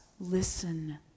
listen